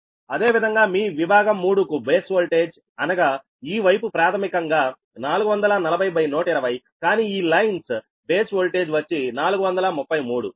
అదేవిధంగా మీ విభాగం 3 కు బేస్ వోల్టేజ్ అనగా ఈ వైపు ప్రాథమికంగా 440120కానీ ఈ లైన్స్ బేస్ వోల్టేజ్ వచ్చి 433